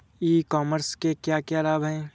ई commerce के क्या क्या लाभ हैं?